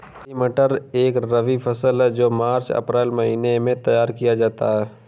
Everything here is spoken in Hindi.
हरी मटर एक रबी फसल है जो मार्च अप्रैल महिने में तैयार किया जाता है